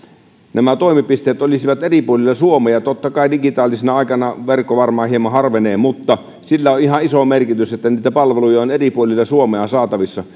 nämä toimipisteet olisivat eri puolilla suomea totta kai digitaalisena aikana verkko varmaan hieman harvenee mutta sillä on ihan iso merkitys että niitä palveluja on eri puolilla suomea saatavissa